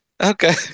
Okay